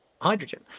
hydrogen